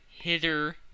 hither